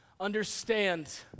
Understand